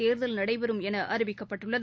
தேர்தல் நடைபெறும் என அறிவிக்கப்பட்டுள்ளது